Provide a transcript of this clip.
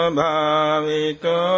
bhavito